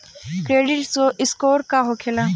Credit score का होखेला?